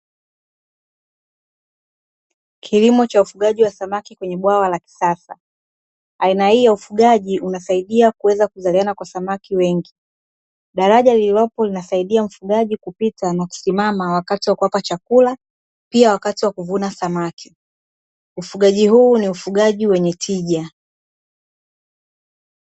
Kilimo cha ufugaji wa samaki kwenye bwawa la kisasa, aina hii ya ufugaji unasaidia kuweza kuzaliana kwa samaki wengi, daraja lililopo linasaidia mfugaji kupita na kusimama wakati wa kuwapa chakula pia wakati wa kuvuna samaki, ufugaji huu ni ufugaji wenye tija.